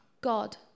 God